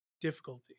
difficulty